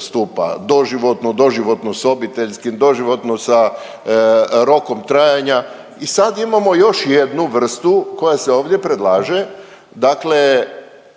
stupa, doživotno, doživotno sa obiteljskim, doživotno sa rokom trajanja i sad imamo još jednu vrstu koja se ovdje predlaže, dakle